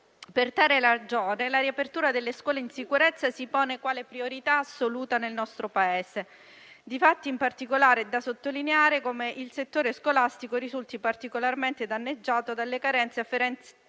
Per tale ragione, la riapertura delle scuole in sicurezza si pone quale priorità assoluta nel nostro Paese. Difatti, in particolare è da sottolineare come il settore scolastico risulti particolarmente danneggiato dalle carenze afferenti